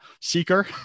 seeker